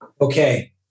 okay